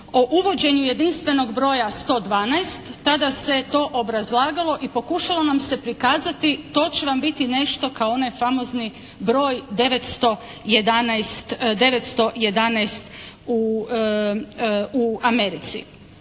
o uvođenju jedinstvenog broja 112, tada se to obrazlagalo i pokušalo nam se prikazati to će vam biti nešto kao onaj famozni broj 911 u Americi.